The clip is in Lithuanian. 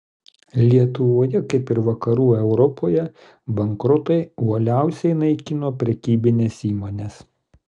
lietuvoje kaip ir vakarų europoje bankrotai uoliausiai naikino prekybines įmones